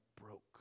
broke